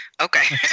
Okay